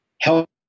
help